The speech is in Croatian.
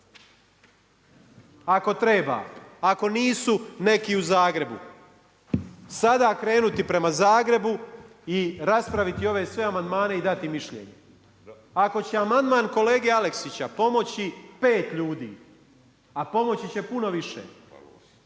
ako treba, ako nisu neki u Zagrebu. Sada krenuti prema Zagrebu i raspraviti ove sve amandmane i dati mišljenje. Ako će amandman kolege Aleksića pomoći 5 ljudi, a pomoći će puno više